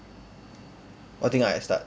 what thing I start